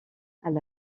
elle